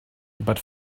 but